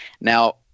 Now